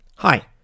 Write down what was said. Hi